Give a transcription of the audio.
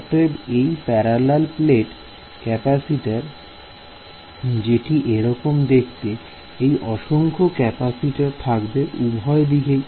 অতএব এই parallel plate capacitor যেটি এ রকম দেখতে এই অসংখ্য ক্যাপাসিটর থাকবে উভয় দিকেই